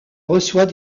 reçoit